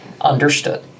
Understood